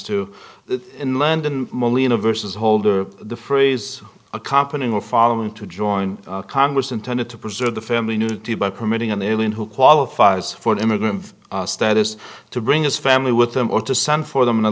to the inland in molina versus holder the phrase accompanying a following to join congress intended to preserve the family nudity by permitting an alien who qualifies for an immigrant status to bring his family with them or to send for them in a